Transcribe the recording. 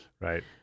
Right